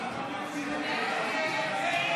ההצעה